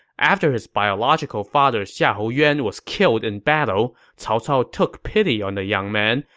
after his biological father xiahou yuan was killed in battle, cao cao took pity on the young man,